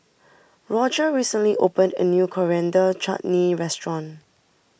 Rodger recently opened a new Coriander Chutney restaurant